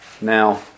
Now